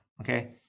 Okay